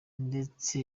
ndetse